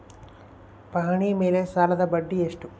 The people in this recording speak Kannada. ಪಹಣಿ ಮೇಲೆ ಸಾಲದ ಬಡ್ಡಿ ಎಷ್ಟು?